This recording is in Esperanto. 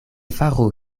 faru